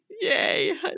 yay